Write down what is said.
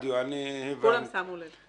כולם שמו לב.